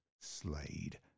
Slade